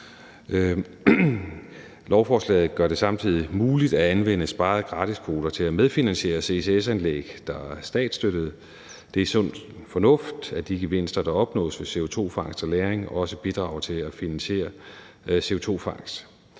Lovforslaget gør det samtidig muligt at anvende sparede gratiskvoter til at medfinansiere ccs-anlæg, der er statsstøttede. Det er sund fornuft, at de gevinster, der opnås ved CO2-fangst og -lagring, også bidrager til at finansiere CO2-fangst.